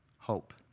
Hope